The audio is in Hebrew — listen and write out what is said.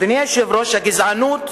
אדוני היושב-ראש,